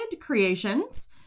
creations